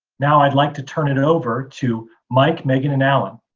now i'd like to turn it over to mike, megan and allen.